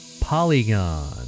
Polygon